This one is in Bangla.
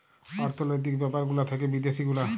অর্থলৈতিক ব্যাপার গুলা থাক্যে বিদ্যাসি গুলা